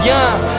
Young